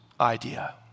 idea